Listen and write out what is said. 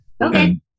Okay